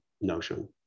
notion